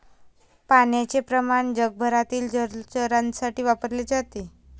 पाण्याचे प्रमाण जगभरातील जलचरांसाठी वापरले जाते